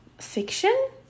Fiction